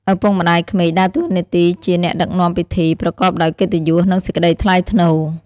ឪពុកម្ដាយក្មេក ដើរតួនាទីជា អ្នកដឹកនាំពិធី ប្រកបដោយកិត្តិយស និងសេចក្តីថ្លៃថ្នូរ។